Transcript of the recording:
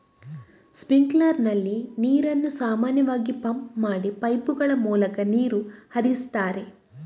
sprinkler ನಲ್ಲಿ ನೀರನ್ನು ಸಾಮಾನ್ಯವಾಗಿ ಪಂಪ್ ಮಾಡಿ ಪೈಪುಗಳ ಮೂಲಕ ನೀರು ಹರಿಸ್ತಾರೆ